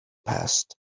passed